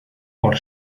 por